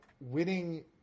winning